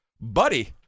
buddy